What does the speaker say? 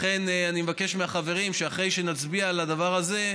לכן אני מבקש מהחברים: אחרי שנצביע על הדבר הזה,